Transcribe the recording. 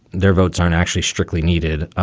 their votes aren't actually strictly needed.